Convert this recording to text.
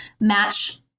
match